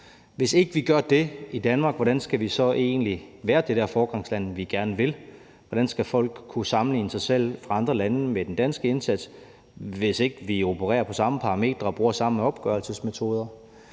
Hvis ikke vi gør det i Danmark, hvordan skal vi så egentlig være det foregangsland, som vi gerne vil være, og hvordan skal folk fra andre lande kunne sammenligne deres egen indsats med den danske indsats, hvis ikke vi opererer på samme parametre og bruger samme opgørelsesmetoder?